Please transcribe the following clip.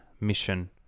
mission